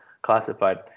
Classified